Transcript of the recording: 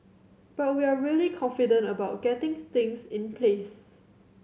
but we're really confident about getting things in place